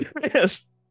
Yes